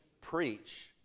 preach